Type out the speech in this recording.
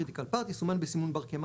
פריט חיוני (Critical part) יסומן בסימון בר-קיימא